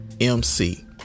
MC